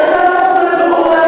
צריך להפוך אותו לפתוח,